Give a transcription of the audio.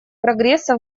прогресса